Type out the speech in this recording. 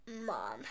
Mom